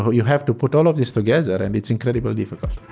but you have to put all of these together and it's incredibly difficult.